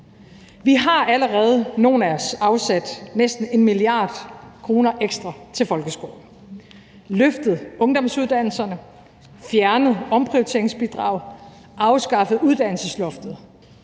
os, har allerede afsat næsten 1 mia. kr. ekstra til folkeskolen, løftet ungdomsuddannelserne, fjernet omprioriteringsbidraget og afskaffet uddannelsesloftet,